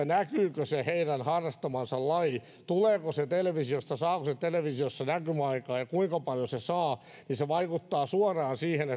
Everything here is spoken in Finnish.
näkyykö heidän harrastamansa laji tuleeko se televisiosta saako se televisiossa näkymäaikaa ja kuinka paljon se sitä saa se vaikuttaa suoraan siihen